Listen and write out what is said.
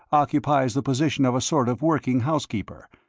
occupies the position of a sort of working housekeeper,